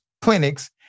clinics